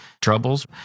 troubles